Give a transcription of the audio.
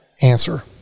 answer